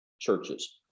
churches